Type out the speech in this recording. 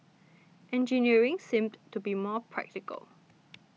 engineering seemed to be more practical